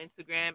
Instagram